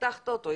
פתחת אותו.